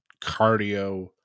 cardio